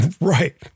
Right